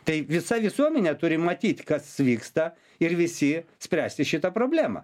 tai visa visuomenė turi matyt kas vyksta ir visi spręsti šitą problemą